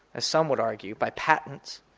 as some would argue, by patents,